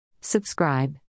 Subscribe